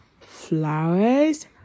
flowers